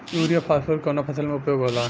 Urea phosphorus कवना फ़सल में उपयोग होला?